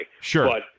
Sure